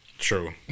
True